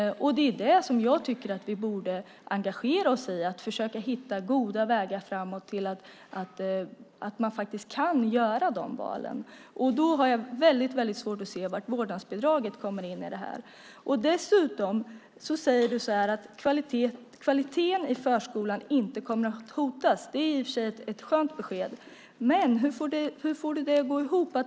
Det är det som jag tycker att vi borde engagera oss i och försöka hitta goda vägar framåt så att man faktiskt kan göra de valen. Jag har väldigt svårt att se var vårdnadsbidraget kommer in i det här. Dessutom säger du att kvaliteten i förskolan inte kommer att hotas. Det är i och för sig ett skönt besked. Men hur får du det att gå ihop?